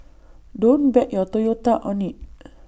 don't bet your Toyota on IT